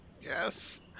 Yes